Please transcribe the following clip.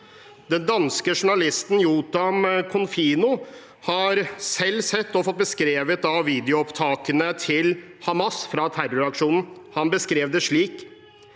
Den danske journalisten Jotam Confino har selv sett og fått beskrevet videoopptakene til Hamas fra terroraksjonen. En av